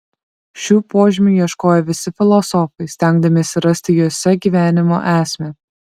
šių požymių ieškojo visi filosofai stengdamiesi rasti juose gyvenimo esmę